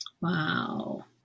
Wow